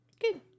Good